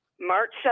march